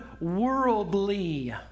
worldly